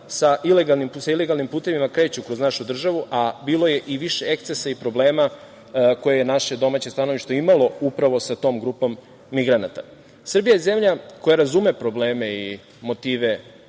sa ilegalnim putevima kreću kroz našu državu, a bilo je i više ekscesa i problema koje je naše domaće stanovište imalo upravo sa tom grupom migranata. Srbija je zemlja koja razume probleme i motive